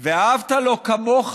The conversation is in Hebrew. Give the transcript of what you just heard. ואהבת לו כמוך